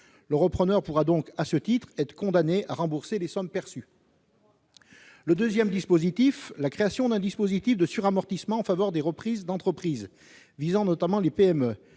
Le cessionnaire pourra donc, à ce titre, être condamné à rembourser les sommes perçues. Ensuite, est créé un dispositif de suramortissement en faveur des reprises d'entreprises, visant notamment les PME.